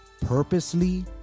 purposely